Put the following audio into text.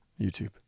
YouTube